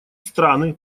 страны